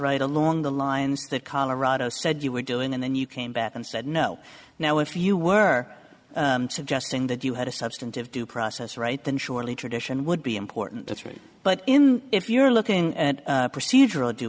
right along the lines that colorado said you were doing and then you came back and said no now if you were suggesting that you had a substantive due process right then surely tradition would be important that's right but if you're looking at procedural d